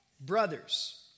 Brothers